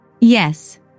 yes